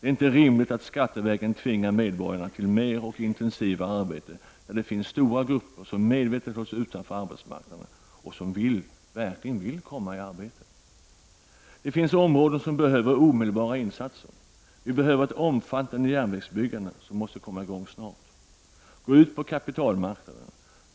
Det är inte rimligt att skattevägen tvinga medborgarna till mer och intensivare arbete när det finns stora grupper som medvetet hålls utanför arbetsmarknaden och som verkligen vill komma i arbete. Det finns områden som behöver omedelbara insatser. Vi behöver ett omfattande järnvägsbyggande som måste komma i gång snarast. Gå ut på kapitalmarknaden